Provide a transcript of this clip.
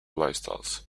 lifestyles